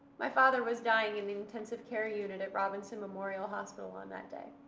my father was dying in the intensive care unit at robinson memorial hospital on that day.